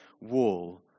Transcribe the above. wall